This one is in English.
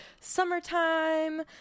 summertime